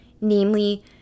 namely